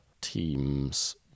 teams